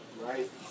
right